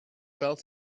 felt